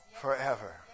forever